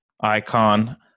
icon